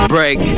Break